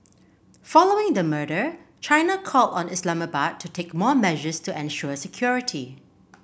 following the murder China called on Islamabad to take more measures to ensure security